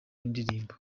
n’indirimbo